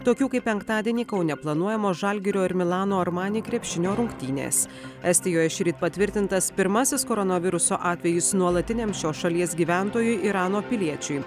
tokių kaip penktadienį kaune planuojamo žalgirio ir milano armani krepšinio rungtynės estijoj šįryt patvirtintas pirmasis koronaviruso atvejis nuolatiniam šios šalies gyventojui irano piliečiui